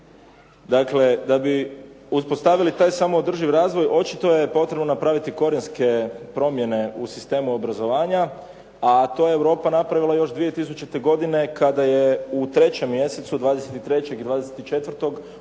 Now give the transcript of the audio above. dakle da bi uspostavili taj samoodrživ razvoj očito je potrebno napraviti korijenske promjene u sistemu obrazovanja, a to je Europa napravila još 2000. godine kada je u trećem mjesecu 23. i 24.